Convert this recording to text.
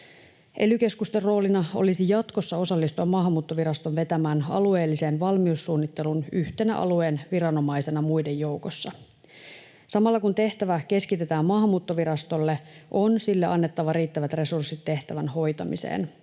Ely-keskusten roolina olisi jatkossa osallistua Maahanmuuttoviraston vetämään alueelliseen valmiussuunnitteluun yhtenä alueen viranomaisena muiden joukossa. Samalla kun tehtävä keskitetään Maahanmuuttovirastolle, on sille annettava riittävät resurssit tehtävän hoitamiseen.